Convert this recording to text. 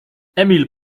emil